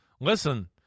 listen